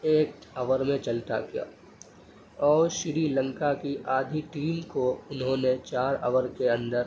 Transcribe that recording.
ایک اوور میں چلتا کیا اور شری لنکا کی آدھی ٹیم کو انہوں چار اوور کے اندر